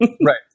Right